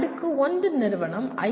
அடுக்கு 1 நிறுவனம் ஐ